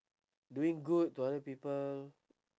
doing good to other people